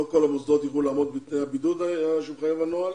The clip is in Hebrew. לא כל המוסדות יוכלו לעמוד בתנאי הבידוד שמחייב הנוהל.